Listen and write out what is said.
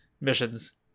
missions